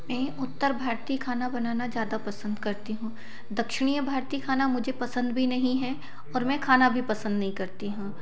मैं उत्तर भारती खाना बनाना ज़्यादा पसंद करती हूँ दक्षिणीय भारती खाना मुझे पसंद भी नहीं है और मैं खाना भी पसंद नहीं करती हूँ